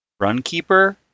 Runkeeper